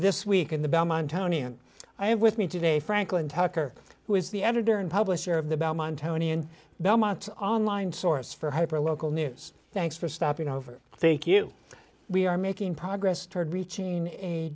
this week in the belmont county and i have with me today franklin tucker who is the editor and publisher of the belmont county in belmont online source for hyper local news thanks for stopping over thank you we are making progress toward reaching a